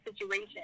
situation